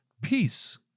peace